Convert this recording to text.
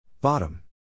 Bottom